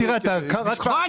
אתה רואה,